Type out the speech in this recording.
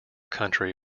country